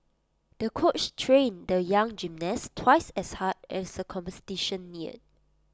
the coach trained the young gymnast twice as hard as the competition neared